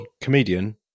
Comedian